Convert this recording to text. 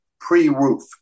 pre-roof